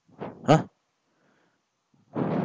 uh